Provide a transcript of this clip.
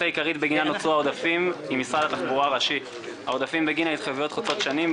העודפים נוצרו בגין התחייבויות חוצות שנה,